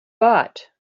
bought